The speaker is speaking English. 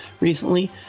recently